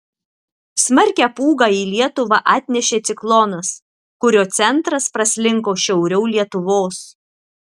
smarkią pūgą į lietuvą atnešė ciklonas kurio centras praslinko šiauriau lietuvos